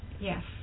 Yes